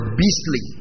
beastly